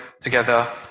together